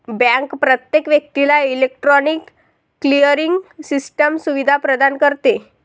bank प्रत्येक व्यक्तीला electronic clearing system सुविधा प्रदान करते